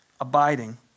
abiding